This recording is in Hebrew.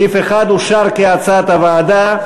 סעיף 1 אושר כהצעת הוועדה.